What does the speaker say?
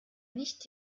nicht